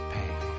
Pain